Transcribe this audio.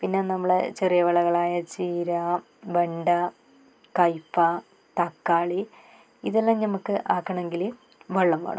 പിന്നെ നമ്മൾ ചെറിയ വിളകളായ ചീര വെണ്ട കയ്പ്പ തക്കാളി ഇതെല്ലാം ഞമക്ക് ആക്കണമെങ്കിൽ വെള്ളം വേണം